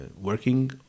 working